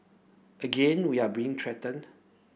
again we are being threatened